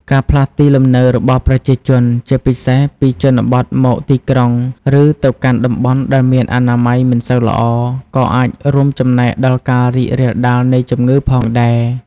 ការផ្លាស់ទីលំនៅរបស់ប្រជាជន ជាពិសេសពីជនបទមកទីក្រុង ឬទៅកាន់តំបន់ដែលមានអនាម័យមិនសូវល្អ ក៏អាចរួមចំណែកដល់ការរីករាលដាលនៃជំងឺផងដែរ។